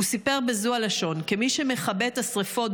הוא סיפר בזו הלשון: כמי שמכבה את השרפות,